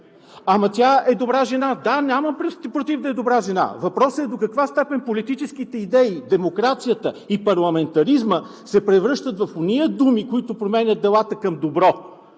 „Ама тя е добра жена.“ Да, нямам против да е добра жена. Въпросът е до каква степен политическите идеи, демокрацията и парламентаризмът се превръщат в ония думи, които променят делата към добро.